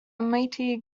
mighty